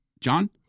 John